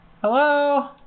Hello